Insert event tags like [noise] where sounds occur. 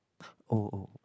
[noise] oh oh